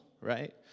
right